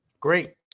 great